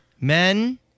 Men